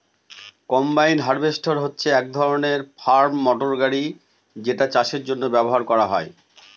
combine harvester হচ্ছে এক ধরনের ফার্ম মটর গাড়ি যেটা চাষের জন্য ব্যবহার করা হয়